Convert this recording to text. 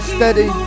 Steady